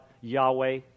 Yahweh